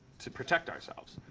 to protect ourselves.